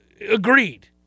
Agreed